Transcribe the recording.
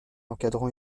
encadrant